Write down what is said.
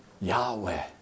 Yahweh